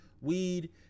weed